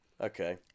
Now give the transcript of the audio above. okay